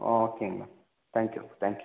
ஓகேங்க ma'am thank you thank you